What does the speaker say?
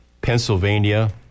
Pennsylvania